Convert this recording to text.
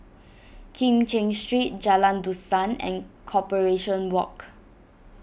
Kim Cheng Street Jalan Dusan and Corporation Walk